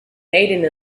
made